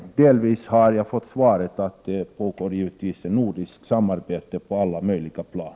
Jag har delvis fått svar, så till vida att det pågår ett nordiskt samarbete på alla möjliga plan.